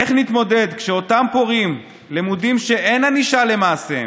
איך נתמודד כשאותם פורעים לומדים שאין ענישה על מעשיהם?